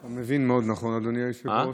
אתה מבין מאוד נכון, אדוני היושב-ראש.